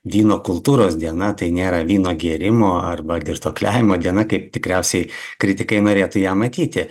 vyno kultūros diena tai nėra vyno gėrimo arba girtuokliavimo diena kaip tikriausiai kritikai norėtų ją matyti